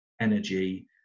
energy